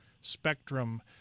spectrum